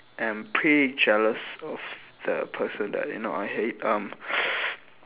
am pretty jealous of the person that you know I hate um